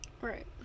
Right